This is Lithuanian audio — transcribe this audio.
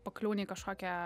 pakliūni į kažkokią